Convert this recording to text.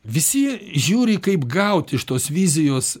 visi žiūri kaip gauti iš tos vizijos